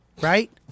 Right